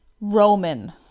Roman